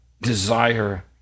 desire